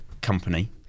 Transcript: company